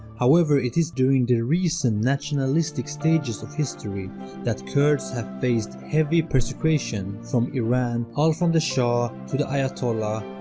however, it is during the recent nationalistic stages of history that kurds have faced heavy persecution from iran, all from the shah to the ayatollah,